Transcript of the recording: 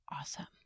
awesome